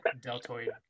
deltoid